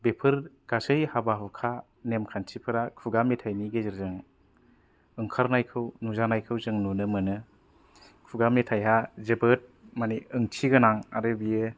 बेफोर गासै हाबा हुखा नेमखान्थिफ्रा खुगा मेथाइनि गेजेरजों ओंखारनायखौ नुजानायखौ जों नुनो मोनो खुगा मेथाइआ जोबोत मानि ओंथि गोनां आरो बियो